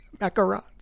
Macarons